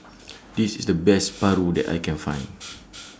This IS The Best Paru that I Can Find